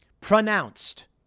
pronounced